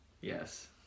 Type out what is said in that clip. Yes